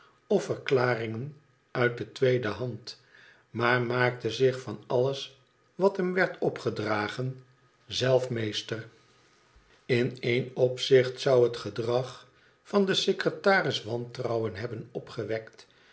of verklaringen uit de tweede hand maar maakte zich van alles wat hem werd opgedragen zelf meester in één opzicht zou het gedrag van den secretaris wantrouwen hebben opgewekt